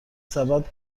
سبد